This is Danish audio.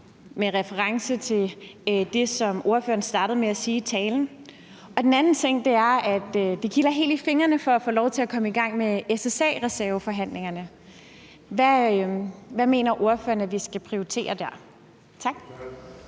med reference til det, som ordføreren startede med at sige i talen. Den anden ting er, at det kilder helt i fingrene for at få lov til at komme i gang med SSA-reserveforhandlingerne. Hvad mener ordføreren at vi skal prioritere der? Tak.